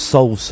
Soul